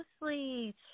mostly